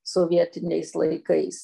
sovietiniais laikais